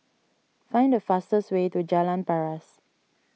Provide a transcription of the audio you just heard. find the fastest way to Jalan Paras